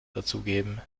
dazugeben